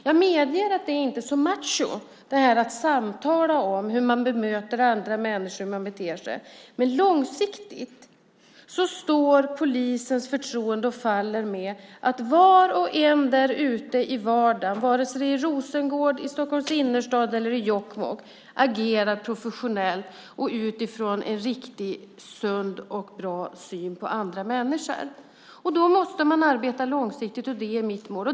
Jag medger att det inte är så macho att samtala om hur man bemöter andra människor, men långsiktigt står polisens förtroende och faller med att var och en där ute i vardagen, vare sig det är i Rosengård, i Stockholms innerstad eller i Jokkmokk, agerar professionellt och utifrån en riktigt sund och bra syn på andra människor. Då måste man arbeta långsiktigt, och det är mitt mål.